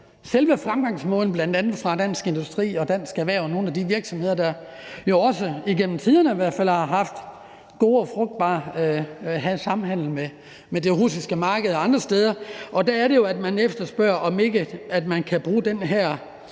selve fremgangsmåden, bl.a. fra Dansk Industri og Dansk Erhverv – nogle af de virksomheder, der jo også igennem tiden i hvert fald har haft god og frugtbar samhandel med det russiske marked og andre steder. Og der er det jo, at det efterspørges, om ikke at man kan bruge den her